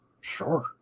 Sure